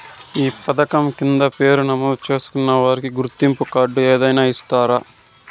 ఈ పథకం కింద పేరు నమోదు చేసుకున్న వారికి గుర్తింపు కార్డు ఏదైనా ఇస్తారా?